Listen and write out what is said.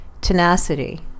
tenacity